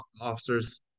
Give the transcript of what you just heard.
officers